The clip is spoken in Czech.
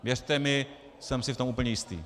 Věřte mi, jsem si v tom úplně jistý.